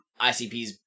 ICP's